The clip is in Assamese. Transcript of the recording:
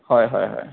হয় হয় হয়